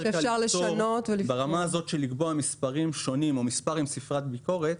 קל לפתור ברמה הזאת של לקבוע מספרים שונים או מספר עם ספרת ביקורת